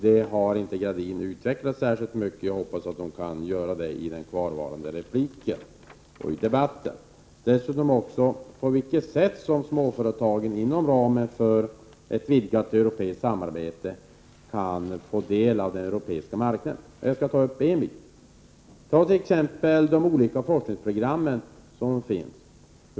Jag hoppas att Anita Gradin kan utveckla frågan i sitt nästa inlägg i denna debatt. En annan fråga gäller på vilket sätt som småföretagen, inom ramen för ett vidgat europeiskt samarbete, kan få del av den europeiska marknaden, ja t.ex. de olika forskningsprogrammen.